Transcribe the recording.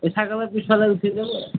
চাইকেলৰ পিছফালে উঠি যাবো আৰ